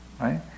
right